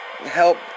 help